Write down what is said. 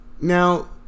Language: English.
Now